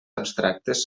abstractes